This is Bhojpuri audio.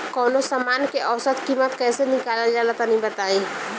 कवनो समान के औसत कीमत कैसे निकालल जा ला तनी बताई?